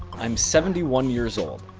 i'm seventy one years old.